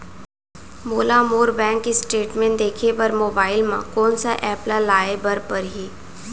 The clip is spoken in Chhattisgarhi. मोला मोर बैंक स्टेटमेंट देखे बर मोबाइल मा कोन सा एप ला लाए बर परही?